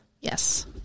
Yes